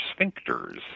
sphincters